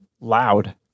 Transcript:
loud